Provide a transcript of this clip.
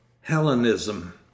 Hellenism